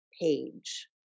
page